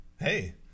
Hey